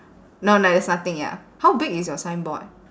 no there is nothing ya how big is your signboard